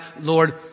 Lord